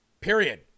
Period